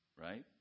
Right